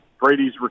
Brady's